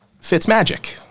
Fitzmagic